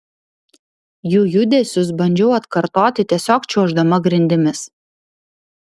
jų judesius bandžiau atkartoti tiesiog čiuoždama grindimis